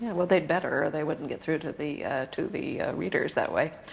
well they'd better, or they wouldn't get through to the to the readers that way.